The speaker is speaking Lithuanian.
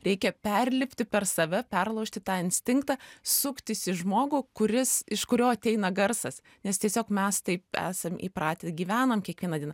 reikia perlipti per save perlaužti tą instinktą suktis į žmogų kuris iš kurio ateina garsas nes tiesiog mes taip esam įpratę gyvenam kiekvieną dieną